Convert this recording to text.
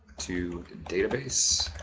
to database